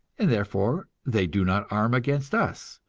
and therefore they do not arm against us,